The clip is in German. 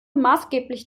maßgeblich